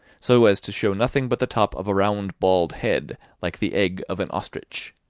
so as to show nothing but the top of a round bald head, like the egg of an ostrich.